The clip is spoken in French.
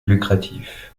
lucratif